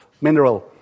mineral